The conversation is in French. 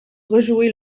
rejouer